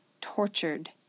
tortured